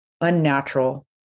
unnatural